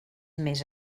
més